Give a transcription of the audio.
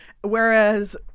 whereas